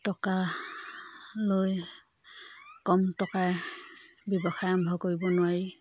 টকা লৈ কম টকাৰ ব্যৱসায় আৰম্ভ কৰিব নোৱাৰি